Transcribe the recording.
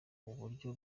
uburyo